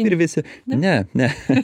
ir visi ne ne